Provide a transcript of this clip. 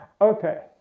Okay